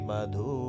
Madhu